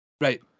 right